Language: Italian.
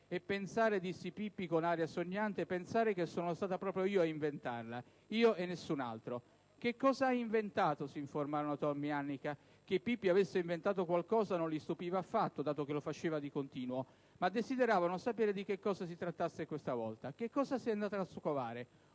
"E pensare", disse Pippi con aria sognante "pensare che sono stata proprio io ad inventarla, io e nessun altro!" "Che cos'hai inventato?", s'informarono Tommy ed Annika. Che Pippi avesse inventato qualcosa non li stupiva affatto, dato che lo faceva di continuo, ma desideravano sapere di che cosa si trattasse questa volta. "Che cosa sei andata a scovare?".